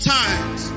times